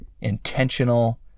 intentional